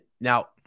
now